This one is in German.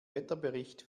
wetterbericht